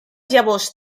llavors